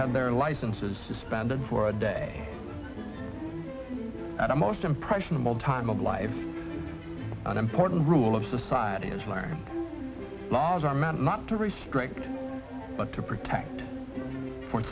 had their licenses suspended for a day at a most impressionable time of life an important rule of society has learned laws are meant not to restrict but to protect for